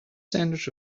sandwich